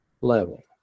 level